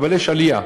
אבל יש עלייה,